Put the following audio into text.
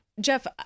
Jeff